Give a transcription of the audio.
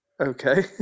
Okay